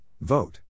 vote